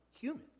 human